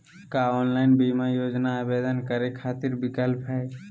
का ऑनलाइन बीमा योजना आवेदन करै खातिर विक्लप हई?